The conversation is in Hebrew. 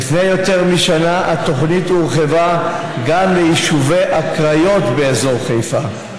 לפני יותר משנה התוכנית הורחבה גם ליישובי הקריות באזור חיפה.